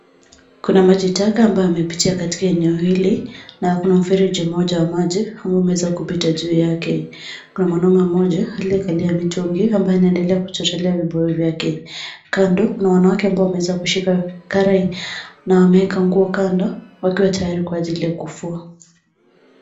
Kuna maji taka ambayo yamepitia katika eneo hili na kuna mfereji mmoja wa maji ambao umeweza kupita juu yake. Kuna mwanaume mmoja, aliyekalia mitungu, ambaye anaendelea kuchotelea vibuyu vyake. Kando, kuna wanawake ambao wameweza kushika karai na wameweka nguo kando wakiwa tayari kwa ajili ya kufua.